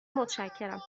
متشکرم